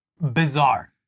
Bizarre